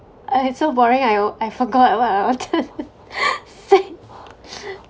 uh it's so boring I I forgot what I wanted say